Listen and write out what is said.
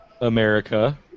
America